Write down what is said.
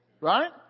right